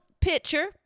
picture